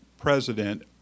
president